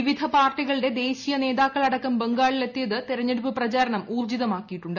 വിവിധ പാർട്ടികളുടെ ദേശീയ നേതാക്കളടക്കം ബംഗാളിൽ എത്തിയത് തെരഞ്ഞെടുപ്പ് പ്രചാരണം ഊർജ്ജിത മാക്കിയിട്ടുണ്ട്